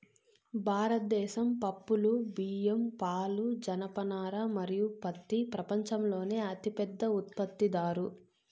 భారతదేశం పప్పులు, బియ్యం, పాలు, జనపనార మరియు పత్తి ప్రపంచంలోనే అతిపెద్ద ఉత్పత్తిదారు